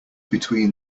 between